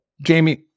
Jamie